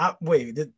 wait